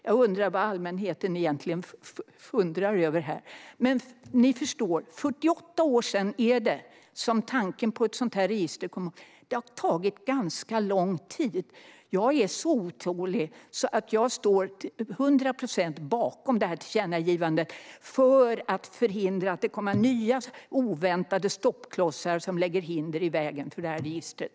Jag undrar vad allmänheten egentligen tänker här. Men ni förstår: Det är 48 år sedan tanken på ett sådant här register kom. Det har tagit ganska lång tid. Jag är så otålig att jag till 100 procent står bakom detta tillkännagivande för att förhindra att nya, oväntade stoppklossar lägger hinder i vägen för registret.